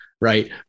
right